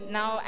Now